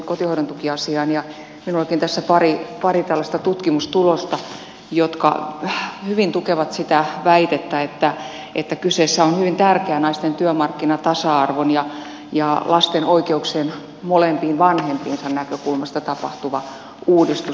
minullakin on tässä pari tutkimustulosta jotka hyvin tukevat sitä väitettä että kyseessä on hyvin tärkeä naisten työmarkkinatasa arvon ja lasten oikeuksien molempiin vanhempiinsa näkökulmasta tapahtuva uudistus